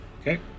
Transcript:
Okay